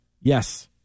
Yes